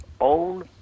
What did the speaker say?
own